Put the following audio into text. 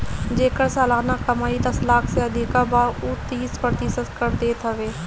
जेकर सलाना कमाई दस लाख से अधिका बा उ तीस प्रतिशत कर देत हवे